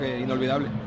inolvidable